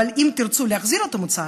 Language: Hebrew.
אבל אם תרצו להחזיר את המוצר,